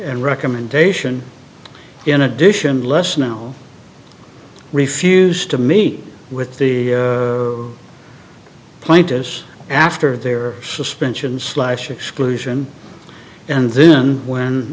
and recommendation in addition less now refused to meet with the plaintiffs after their suspension slash exclusion and then when